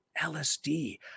LSD